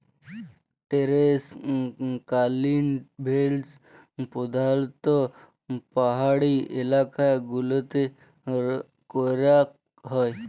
terrace cultivation প্রধালত্ব পাহাড়ি এলাকা গুলতে ক্যরাক হ্যয়